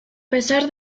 pesar